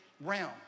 realm